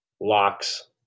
locks